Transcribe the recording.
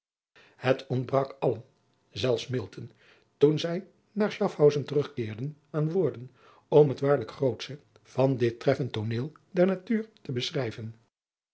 het ontbrak allen zelfs milton toen zij naar schafhausen terugkeerden aan woorden om het waarlijk grootsche van dit treffend tooneel der natuur te beschrijven